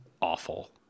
awful